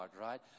right